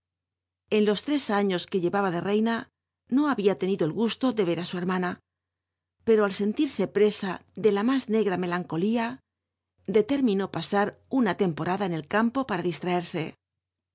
en los res aíios que llehlba de reina no habia lenido el gu lo de rcr á su hermana pero al cnlir c presa de la más negra mclancolla dclerminó pa ar una tempo rada en el campo para disl